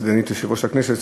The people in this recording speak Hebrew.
סגנית יושב-ראש הכנסת,